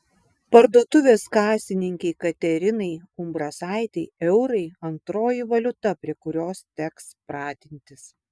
parduotuvės kasininkei katerinai umbrasaitei eurai antroji valiuta prie kurios teks pratintis